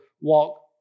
walk